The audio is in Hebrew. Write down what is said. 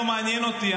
לא מעניין אותי,